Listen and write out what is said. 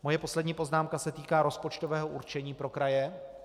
Moje poslední poznámka se týká rozpočtového určení pro kraje.